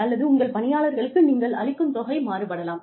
அல்லது உங்கள் பணியாளர்களுக்கு நீங்கள் அளிக்கும் தொகை மாறுபடலாம்